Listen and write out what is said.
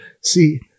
See